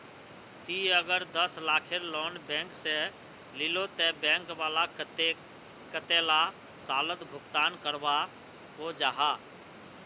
ती अगर दस लाखेर लोन बैंक से लिलो ते बैंक वाला कतेक कतेला सालोत भुगतान करवा को जाहा?